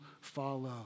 follow